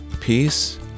Peace